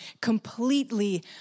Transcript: completely